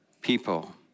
people